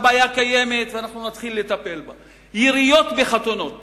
הבעיה קיימת ואנחנו נתחיל לטפל בה: יריות בחתונות